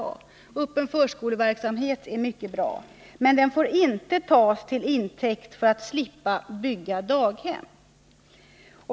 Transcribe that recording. Men att den öppna förskoleverksamheten är bra får inte tas till intäkt för att slippa bygga daghem.